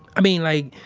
i mean, like,